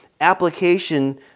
application